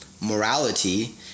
morality